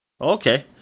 okay